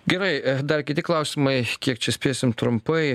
gerai dar kiti klausimai kiek čia spėsim trumpai